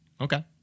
Okay